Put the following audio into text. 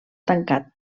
tancat